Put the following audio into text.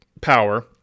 power